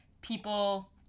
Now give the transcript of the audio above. people